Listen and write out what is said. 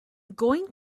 going